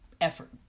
effort